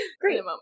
Great